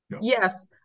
Yes